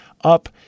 up